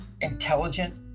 intelligent